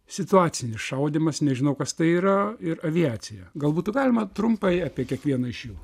situacinis šaudymas nežinau kas tai yra ir aviacija gal būtų galima trumpai apie kiekvieną iš jų